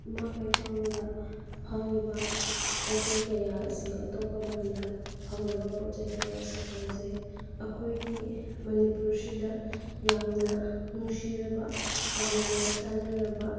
ꯏꯃꯥ ꯀꯩꯊꯦꯜꯗ ꯐꯪꯉꯤꯕ ꯄꯣꯠ ꯆꯩ ꯀꯌꯥ ꯑꯁꯦ ꯑꯇꯣꯞꯄ ꯂꯝꯗ ꯐꯪꯗꯕ ꯄꯣꯠ ꯆꯩ ꯀꯌꯥꯁꯨ ꯐꯪꯖꯩ ꯑꯩꯈꯣꯏꯒꯤ ꯃꯅꯤꯄꯨꯔꯁꯤꯗ ꯌꯥꯝꯅ ꯅꯨꯡꯁꯤꯔꯒ ꯌꯥꯝꯅ ꯆꯥꯟꯅꯔꯕ